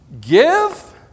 give